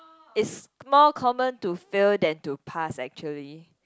is more common to fail than to pass actually